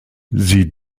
sie